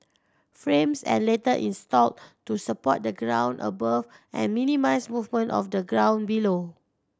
frames are later installed to support the ground above and minimise movement of the ground below